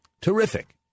Terrific